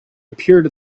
appeared